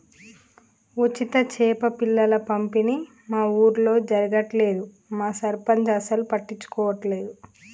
ఉచిత చేప పిల్లల పంపిణీ మా ఊర్లో జరగట్లేదు మా సర్పంచ్ అసలు పట్టించుకోవట్లేదు